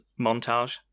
montage